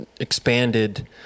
expanded